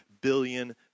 billion